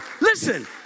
Listen